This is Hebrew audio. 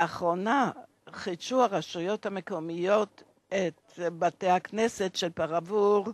לאחרונה חידשו הרשויות המקומיות את בתי-הכנסת של פאראוור,